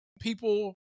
people